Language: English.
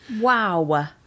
Wow